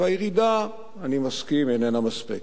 והירידה, אני מסכים, איננה מספקת.